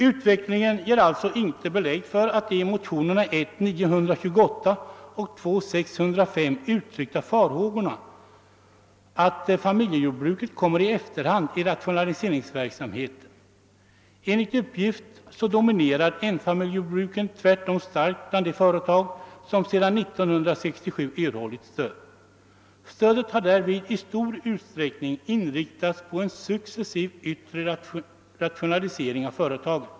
Utvecklingen ger alltså inte belägg för de i motionerna I1:928 och II: 605 uttryckta farhågorna att familjejordbruket kommer i efterhand när det gäller rationaliseringsverksamheten. Enligt uppgift dominerar enfamiljsjordbruken tvärtom starkt bland de jordbruk som sedan 1967 erhållit stöd. Stödet har därvid i stor utsträckning inriktats på en successiv yttre rationalisering av företagen.